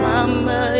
Mama